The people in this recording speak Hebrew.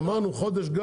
אמרנו גג חודש.